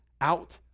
out